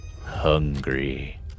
hungry